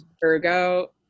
Virgo